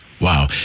Wow